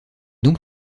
donc